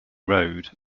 road